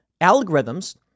algorithms